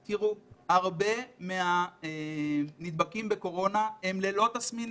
תראו, הרבה מהנדבקים בקורונה הם ללא תסמינים.